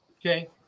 okay